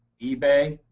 ebay,